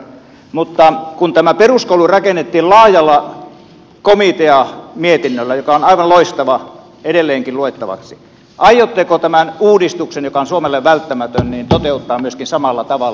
mutta kun tämä peruskoulu rakennettiin laajalla komiteamietinnöllä joka on aivan loistava edelleenkin luettavaksi aiotteko tämän uudistuksen joka on suomelle välttämätön toteuttaa myöskin samalla tavalla